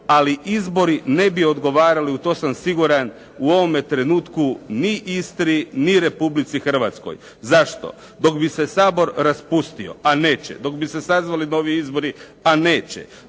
ali izbori ne bi odgovarali, u to sam siguran u ovome trenutku ni Istri, ni Republici Hrvatskoj. Zašto? Dok bi se Sabor raspustio, a neće, dok bi se sazvali novi izbori, a neće,